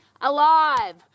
alive